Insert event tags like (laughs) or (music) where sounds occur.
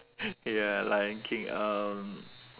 (laughs) ya lion king um